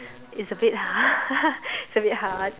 it's a bit it's a bit hard